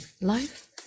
life